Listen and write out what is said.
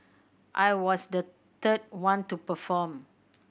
I was the third one to perform